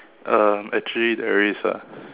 um actually there is ah